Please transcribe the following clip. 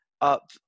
up